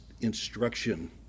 instruction